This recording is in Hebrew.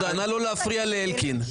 לא להפריע בבקשה.